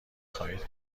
خواهید